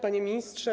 Panie Ministrze!